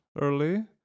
early